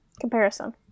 comparison